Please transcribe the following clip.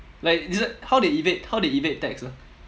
like this one how they evade how they evade tax ah